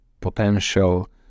potential